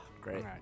Great